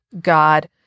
God